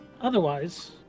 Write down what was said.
Otherwise